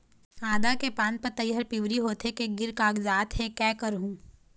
आदा के पान पतई हर पिवरी होथे के गिर कागजात हे, कै करहूं?